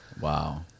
Wow